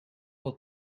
dat